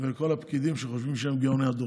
ולכל הפקידים שחושבים שהם גאוני הדור.